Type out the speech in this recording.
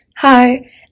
Hi